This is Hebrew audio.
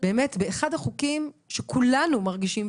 באמת באחד החוקים שכולנו מרגישים,